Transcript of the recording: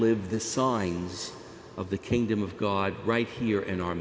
live the signs of the kingdom of god right here in our